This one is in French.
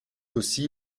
aussi